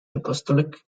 apostolic